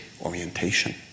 orientation